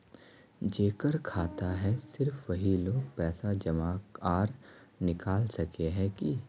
जेकर खाता है सिर्फ वही लोग पैसा जमा आर निकाल सके है की?